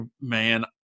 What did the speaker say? man